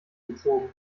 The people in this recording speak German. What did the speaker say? gezogen